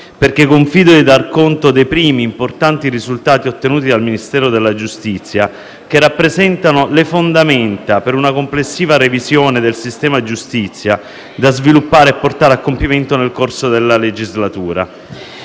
perché confido di dar conto dei primi importanti risultati ottenuti dal Ministero della giustizia, che rappresentano le fondamenta per una complessiva revisione del sistema giustizia da sviluppare e portare a compimento nel corso della legislatura.